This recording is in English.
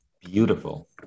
Beautiful